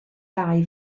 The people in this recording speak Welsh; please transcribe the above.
gau